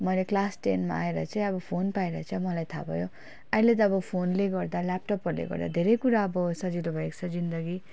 मैले क्लास टेनमा आएर चाहिँ अब फोन पाएर चाहिँ मलाई थाहा भयो अहिले त अब फोनले गर्दा ल्यापटपहरूले गर्दा धेरै कुरा अब सजिलो भएको छ जिन्दगी